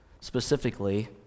specifically